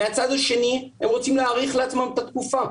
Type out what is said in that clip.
מהצד השני, הם רוצים להאריך לעצמם את התקופה.